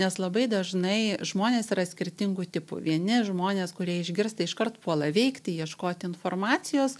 nes labai dažnai žmonės yra skirtingų tipų vieni žmonės kurie išgirsta iškart puola veikti ieškoti informacijos